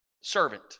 servant